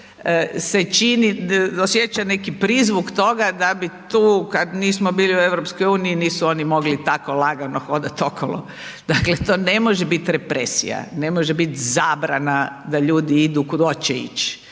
se čini, osjeća neki prizvuk toga da bi tu kad nismo bili u EU nisu oni mogli tako lagano hodat okolo. Dakle, to ne može biti represija. Ne može bit zabrana da ljudi idu kud hoće ići